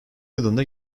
yılında